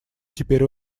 теперь